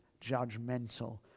judgmental